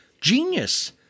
genius